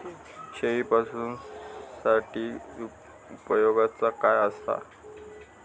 शेळीपाळूसाठी उपयोगाचा काय असा?